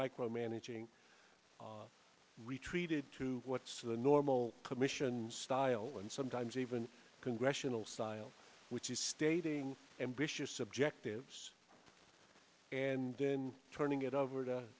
micromanaging retreated to what's the normal commission style and sometimes even congressional style which is stating ambitious objectives and then turning it over to